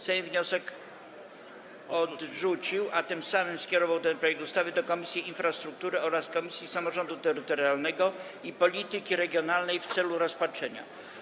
Sejm wniosek odrzucił, a tym samym skierował ten projekt ustawy do Komisji Infrastruktury oraz Komisji Samorządu Terytorialnego i Polityki Regionalnej w celu rozpatrzenia.